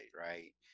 right